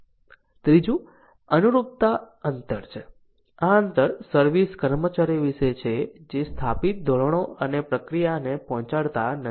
ત્રીજું અનુરૂપતા અંતર છે આ અંતર સર્વિસ કર્મચારીઓ વિશે છે જે સ્થાપિત ધોરણો અને પ્રક્રિયાને પહોંચાડતા નથી